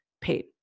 paid